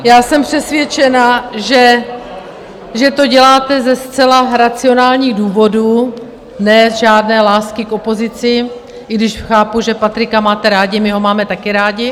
Já jsem přesvědčena, že to děláte ze zcela racionálních důvodů, ne z žádné lásky k opozici, i když chápu, že Patrika máte rádi, my ho máme taky rádi.